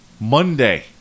Monday